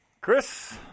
Chris